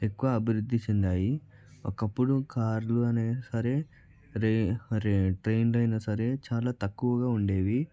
ఎక్కువ అభివృద్ది చెందాయి ఒకప్పుడు కార్లు అయినా సరే ట్రైన్లు అయినా సరే చాలా తక్కువగా ఉండేవి